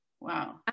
wow